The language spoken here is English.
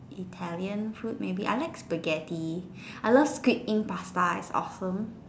Italian food maybe I like Spaghetti I love squid ink pasta it's awesome